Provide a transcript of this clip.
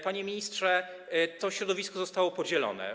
Panie ministrze, to środowisko zostało podzielone.